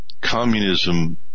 communism